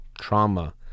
trauma